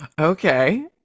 Okay